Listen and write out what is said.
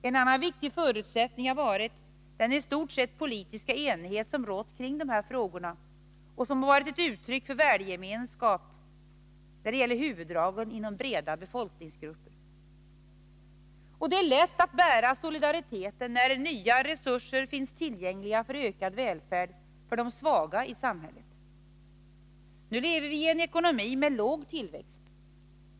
En annan viktig förutsättning har varit den politiska enighet som i stort sett rått kring dessa frågor och som varit ett uttryck för värdegemenskap inom breda befolkningsgrupper när det gäller huvuddragen. Det är lätt att bära solidariteten när nya resurser finns tillgängliga för ökad välfärd för de svaga i samhället. Nu lever vi i en ekonomi med låg tillväxt.